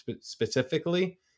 specifically